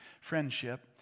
friendship